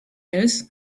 ears